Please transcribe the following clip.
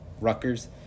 Rutgers